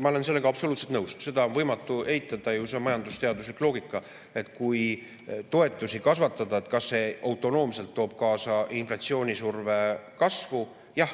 Ma olen sellega absoluutselt nõus, seda on võimatu eitada. See on majandusteaduslik loogika, et kui toetusi kasvatada, siis see autonoomselt toob kaasa inflatsioonisurve kasvu. Jah,